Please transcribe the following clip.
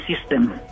system